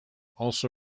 also